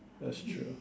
that's true